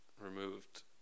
removed